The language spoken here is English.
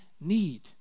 need